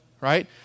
right